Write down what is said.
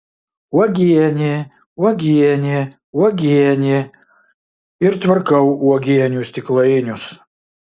uogienė uogienė uogienė ir tvarkau uogienių stiklainius